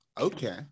Okay